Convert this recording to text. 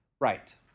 Right